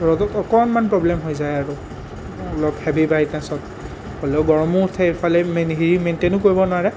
ৰ'দত অকণমান প্ৰ'ব্লেম হৈ যায় আৰু অলপ হেভী ৱাইটাচত হ'লেও গৰমো উঠে এইফালে মেইন হেৰি মেইনটেইনো কৰিব নোৱাৰে